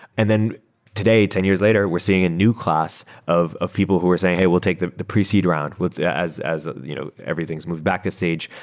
and then today, ten years later, we're seeing a new class of of people who were saying, hey, we'll take the the pre-seed round, as as you know everything's moved back the stage,